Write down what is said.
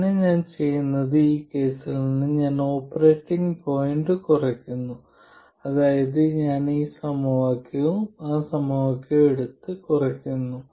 പിന്നെ ഞാൻ ചെയ്യുന്നത് ഈ കേസിൽ നിന്ന് ഞാൻ ഓപ്പറേറ്റിംഗ് പോയിന്റ് കുറയ്ക്കുന്നു അതായത് ഞാൻ ഈ സമവാക്യവും ആ സമവാക്യവും എടുത്ത് കുറയ്ക്കുന്നു